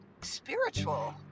spiritual